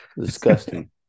Disgusting